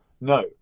No